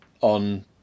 on